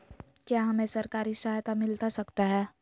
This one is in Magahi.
क्या हमे सरकारी सहायता मिलता सकता है?